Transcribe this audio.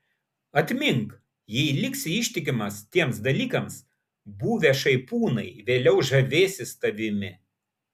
atmink jei liksi ištikimas tiems dalykams buvę šaipūnai vėliau žavėsis tavimi